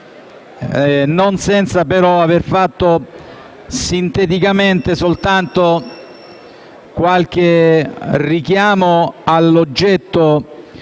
non senza però aver fatto sinteticamente qualche richiamo all'oggetto